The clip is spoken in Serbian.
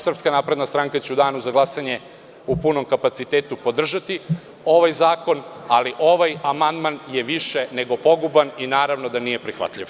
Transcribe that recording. SNS će u danu za glasanje u punom kapacitetu podržati ovaj zakon, ali ovaj amandman je više nego poguban i naravno da nije prihvatljiv.